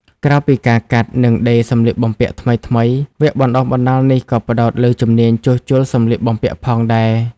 ក្រៅពីការកាត់ និងដេរសំលៀកបំពាក់ថ្មីៗ វគ្គបណ្ដុះបណ្ដាលនេះក៏ផ្តោតលើជំនាញជួសជុលសំលៀកបំពាក់ផងដែរ។